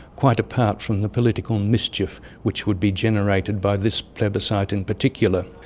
quite apart from the political mischief which would be generated by this plebiscite in particular.